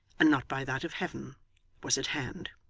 and not by that of heaven was at hand.